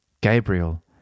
Gabriel